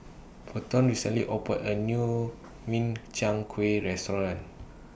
Peyton recently opened A New Min Chiang Kueh Restaurant